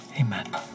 amen